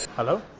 hello?